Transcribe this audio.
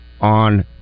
on